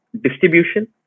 distribution